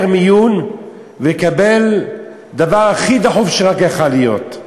מיון לקבל דבר הכי דחוף שרק יכול היה להיות.